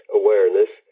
awareness